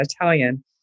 Italian